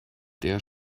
der